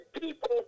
people